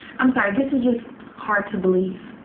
i'm sorry, this is just hard to believe.